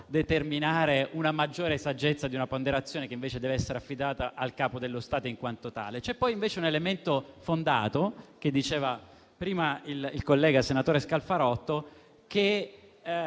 determinare una maggiore saggezza ed una ponderazione che invece devono essere affidate al Capo dello Stato in quanto tale. C'è poi un elemento fondato, che illustrava prima il collega, senatore Scalfarotto, che